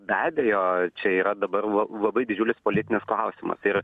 be abejo čia yra dabar la labai didžiulis politinis klausimas ir